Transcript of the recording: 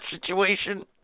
situation